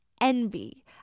envy